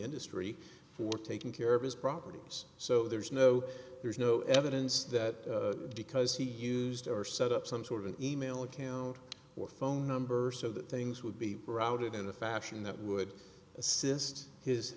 industry for taking care of his properties so there's no there's no evidence that because he used or set up some sort of an e mail account or phone number so that things would be routed in a fashion that would